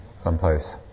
someplace